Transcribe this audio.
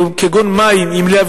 כגון מחירי המים,